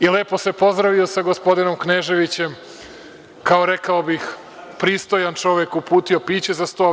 Lepo se pozdravio sa gospodinom Kneževićem i, rekao bih, kao pristojan čovek uputio piće za sto.